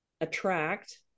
attract